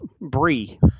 brie